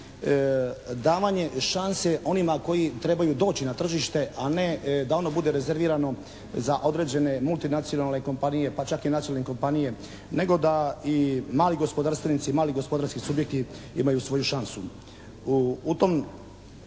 davanje šanse onima koji trebaju doći na tržište a ne da ono bude rezervirano za određene multinacionalne kompanije pa čak i nacionalne kompanije nego da i mali gospodarstvenici, mali gospodarski subjekti imaju svoju šansu. U tom